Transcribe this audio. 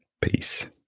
Peace